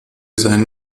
sein